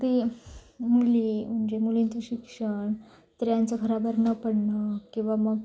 ती मुली म्हणजे मुलींचं शिक्षण स्त्रियांचं घराबाहेर न पडणं किंवा मग